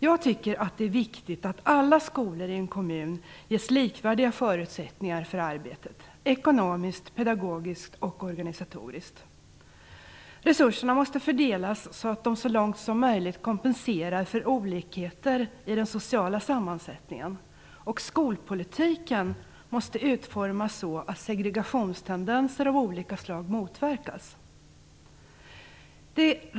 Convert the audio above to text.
Jag tycker att det är viktigt att alla skolor i en kommun ges likvärdiga förutsättningar för arbetet - ekonomiskt, pedagogiskt och organisatoriskt. Resurserna måste fördelas så att de så långt som möjligt kompenserar för olikheter i den sociala sammansättningen. Skolpolitiken måste utformas så att segregationstendenser av olika slag motverkas.